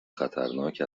خطرناک